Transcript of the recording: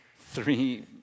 three